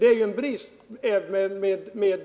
En brist med